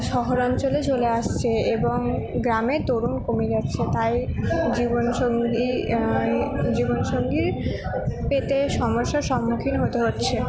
শহর অঞ্চলে চলে আসছে এবং গ্রামে তরুণ কমে যাচ্ছে তাই জীবনসঙ্গী জীবনসঙ্গী পেতে সমস্যার সম্মুখীন হতে হচ্ছে